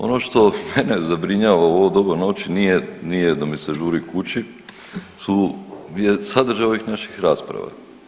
Ono što mene zabrinjava u ovo doba noći, nije, nije da mi se žuri kući, su sadržaj ovih naših rasprava.